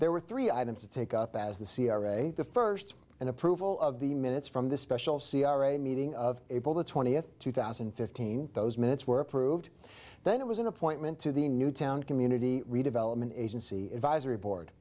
there were three items to take up as the c r a the first an approval of the minutes from the special c r a meeting of april the twentieth two thousand and fifteen those minutes were approved then it was an appointment to the newtown community redevelopment agency advisory board